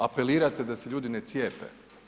Apelirate da se ljudi ne cijepe.